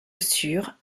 sur